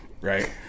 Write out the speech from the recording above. right